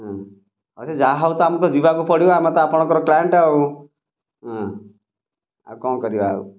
ହଁ ସେ ଯାହା ହୋଉ ଆମେ ତ ଯିବାକୁ ପଡ଼ିବ ଆମେ ତ ଆପଣଙ୍କର କ୍ଲାଇଣ୍ଟ୍ ଆଉ ହଁ ଆଉ କ'ଣ କରିବା ଆଉ